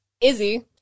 Izzy